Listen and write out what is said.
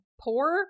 poor –